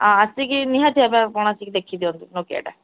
ଆସିକି ନିହାତି ଭାବେ ଆପଣ ଆସିକି ଦେଖିଦିଅନ୍ତୁ ନୋକିଆଟା